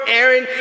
Aaron